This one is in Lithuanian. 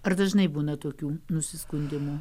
ar dažnai būna tokių nusiskundimų